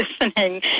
listening